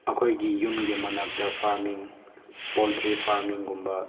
ꯑꯩꯈꯣꯏꯒꯤ ꯌꯨꯝꯒꯤ ꯃꯅꯥꯛꯇ ꯐꯥꯔꯃꯤꯡ ꯄꯣꯜꯇ꯭ꯔꯤ ꯐꯥꯔꯃꯤꯡꯒꯨꯝꯕ